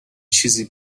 چیزی